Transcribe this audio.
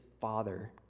father